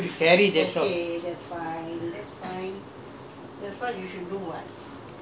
I'm I'm not coming I'm coming because I want to help you to carry that's all